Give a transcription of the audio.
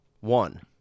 One